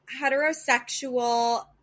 heterosexual